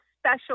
special